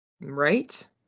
Right